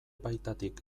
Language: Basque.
baitatik